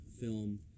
film